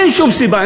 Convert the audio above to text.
אין שום סיבה,